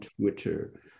Twitter